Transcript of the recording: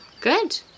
Good